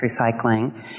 recycling